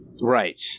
Right